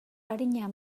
arina